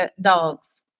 dogs